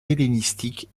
hellénistique